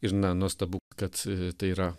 ir na nuostabu kad a tai yra